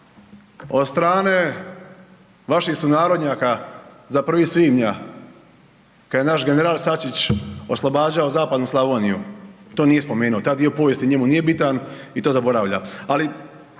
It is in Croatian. od strane vaših sunarodnjaka za 1. svibnja, kad je naš general Sačić oslobađao zapadnu Slavoniju. To nije spomenu taj dio povijesti njemu nije bitan i to zaboravlja,